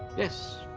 yes.